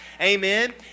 Amen